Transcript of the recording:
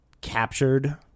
captured